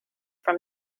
from